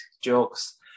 jokes